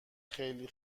خیلی